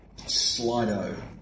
Slido